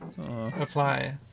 Apply